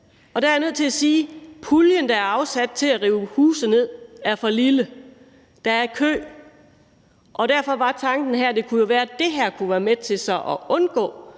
Og der er jeg nødt til at sige, at puljen, der er afsat til at rive huse ned, er for lille – der er kø. Og derfor var tanken her, at det jo kunne være, at det her kunne være medvirkende